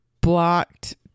blocked